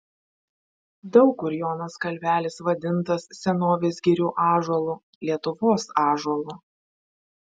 daug kur jonas kalvelis vadintas senovės girių ąžuolu lietuvos ąžuolu